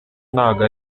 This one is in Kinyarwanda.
ntago